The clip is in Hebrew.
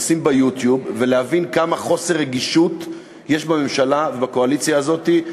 לשים ב"יוטיוב" ולהבין כמה חוסר רגישות יש בממשלה ובקואליציה הזאת.